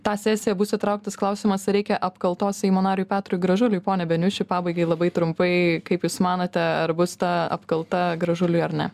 tą sesiją bus įtrauktas klausimas ar reikia apkaltos seimo nariui petrui gražuliui pone beniuši pabaigai labai trumpai kaip jūs manote ar bus ta apkalta gražuliui ar ne